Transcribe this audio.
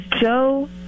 Joe